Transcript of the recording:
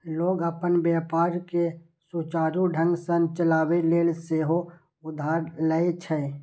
लोग अपन व्यापार कें सुचारू ढंग सं चलाबै लेल सेहो उधार लए छै